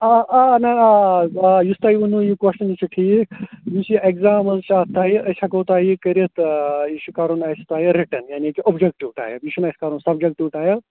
آ آ اہن حظ آ آ یُس تۄہہِ ووٚنوُ یہِ کۄسچَن یہِ چھُ ٹھیٖک یُس یہِ اٮ۪کزام حظ چھُ اَتھ تۄہہِ أسۍ ہٮ۪کو تۄہہِ یہٕ کٔرِتھ یہِ چھُ کَرُن اَسہِ تۄہہِ رِٹٕن یعنی کہِ اوبجَکٹِو ٹایِپ یہِ چھُنہٕ اَسہِ کَرُن سَبجَکٹِو ٹایِپ